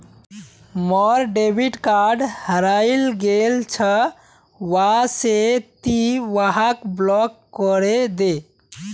मोर debit card हरइ गेल छ वा से ति वहाक ब्लॉक करे दे